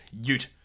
Ute